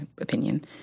opinion